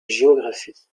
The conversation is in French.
géographie